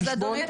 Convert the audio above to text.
אז אדוני,